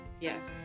Yes